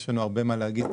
יש לנו הרבה מה להגיד,